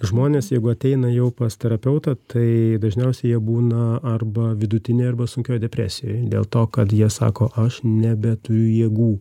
žmonės jeigu ateina jau pas terapeutą tai dažniausiai jie būna arba vidutinėj arba sunkioj depresijoj dėl to kad jie sako aš nebeturiu jėgų